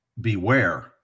beware